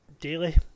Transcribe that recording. daily